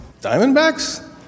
Diamondbacks